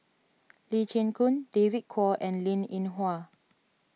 Lee Chin Koon David Kwo and Linn in Hua